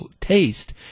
taste